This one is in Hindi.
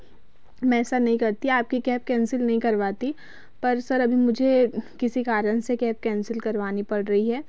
मैं ऐसा नहीं करती आपके कैब कैंसिल नहीं करवाती पर सर अभी मुझे किसी कारण से कैब कैंसिल करवानी पड़ रही है